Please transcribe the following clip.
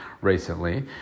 recently